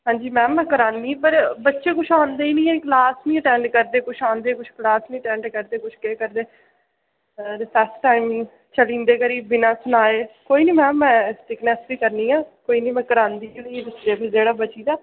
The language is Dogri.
हां जी मैम मै करा'नी पर बच्चे कुछ आंदे नी हैन क्लास नी अटेंड करदे कुछ आंदे कुछ क्लास नी अटेंड करदे कुछ केह् करदे रिसेस्स टाइम चली जंदे घरै बिना सनाए कोई नी मैम मैं स्टीकनेस्स ही करनी ऐ कोई नी मै करांदी कम्पलीट जेह्ड़ा बची दा